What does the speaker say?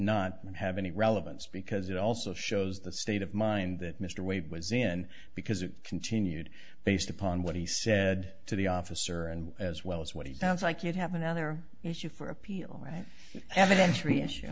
not have any relevance because it also shows the state of mind that mr wade was in because it continued based upon what he said to the officer and as well as what he sounds like you'd have another issue for appeal right have an entry issue